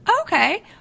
Okay